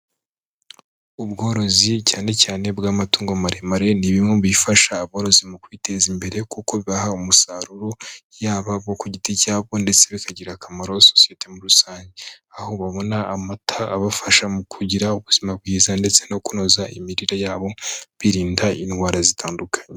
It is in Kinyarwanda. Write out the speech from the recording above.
Ubworozi cyane cyane bw'amatungo maremare. Ni bimwe mu bifasha aborozi mu kwiteza imbere kuko ubaha umusaruro yaba bo ku giti cyabo, ndetse bikagirarira akamaro sosiyete muri rusange, aho babona amata abafasha mu kugira ubuzima bwiza ndetse no kunoza imirire yabo, birinda indwara zitandukanye.